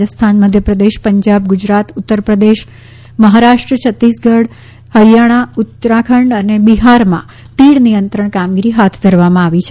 રાજસ્થાન મધ્યપ્રદેશ પંજાબ ગુજરાત ઉત્તર પ્રદેશ મહારાષ્ટ્ર છત્તીસગ હરિયાણા ઉત્તરાખંડ અને બિહારમાં તીડ નિયંત્રણ કામગીરી હાથ ધરવામાં આવી છે